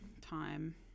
time